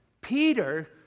Peter